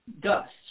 gusts